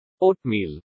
Oatmeal